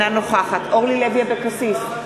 נגד אורלי לוי אבקסיס,